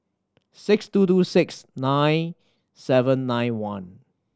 six two two six nine seven nine one